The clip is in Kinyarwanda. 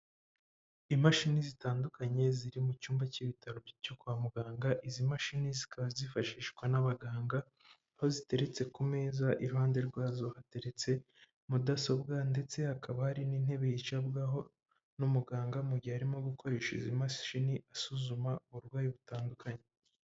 Imashini zitandukanye ziri mu cyumba k'ibitaro cyo kwa muganga, izi mashini zikaba zifashishwa n'abaganga, aho ziteretse ku meza, iruhande rwazo hateretse mudasobwa ndetse hakaba hari n'intebe yicarwaho n'umuganga, mu gihe arimo gukoresha izi mashini asuzuma uburwayi butandukanye.